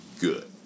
good